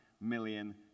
million